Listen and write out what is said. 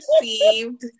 received